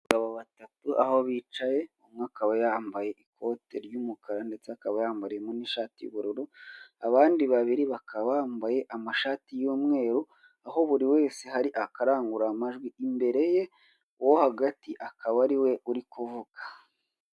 Abagabo batatu aho bicaye umwuka umwe akaba yambaye ikote ry'umukara ndetse akaba yambayemo n'ishati y'ubururu, abandi babiri bakaba bambaye amashati y'mweru, aho buri wese hari akarangururamajwi imbere ye wo hagati akaba ari we uri kuvuga.